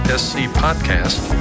scpodcast